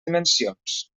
dimensions